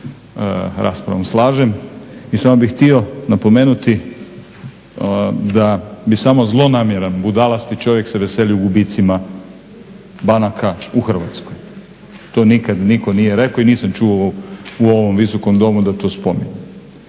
raspravom slažem, i samo bih htio napomenuti da bi samo zlonamjeran i budalast čovjek se veselio gubicima banaka u Hrvatskoj. To nikada nitko nije rekao i nisam čuo u ovom visokom domu … Nesrazmjer